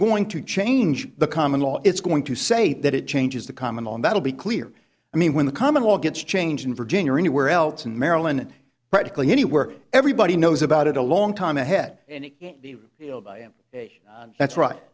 going to change the common law it's going to say that it changes the comment on that'll be clear i mean when the common law gets changed in virginia or anywhere else in maryland practically anywhere everybody knows about it a long time ahead and